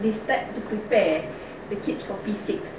they start to prepare the kids for P six